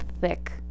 thick